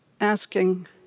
asking